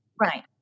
Right